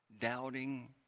doubting